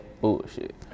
bullshit